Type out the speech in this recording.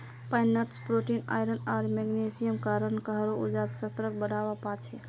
pine nuts protein, iron आर मैग्नीशियमेर कारण काहरो ऊर्जा स्तरक बढ़वा पा छे